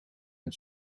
het